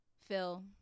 Phil